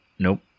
Nope